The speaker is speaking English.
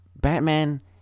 Batman